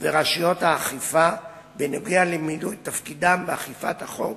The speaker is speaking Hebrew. ורשויות האכיפה בנוגע למילוי תפקידם באכיפת החוק